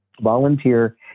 Volunteer